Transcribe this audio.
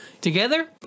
together